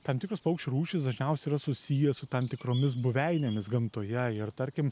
tam tikros paukščių rūšys dažniausiai yra susiję su tam tikromis buveinėmis gamtoje ir tarkim